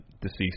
deceased